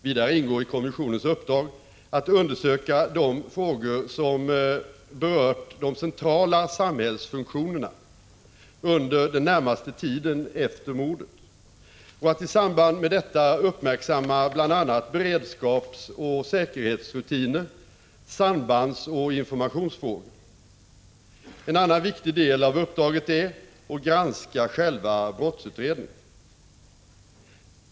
Vidare ingår i kommissionens uppdrag att undersöka de frågor som berört de centrala samhällsfunktionerna under den närmaste tiden efter mordet och att i samband med detta uppmärksamma bl.a. beredskapsoch säkerhetsrutiner, sambandsoch informationsfrågor. En annan viktig del av uppdraget är att granska själva brottsutredningen.